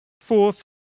fourth